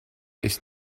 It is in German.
ist